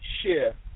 share